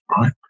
Right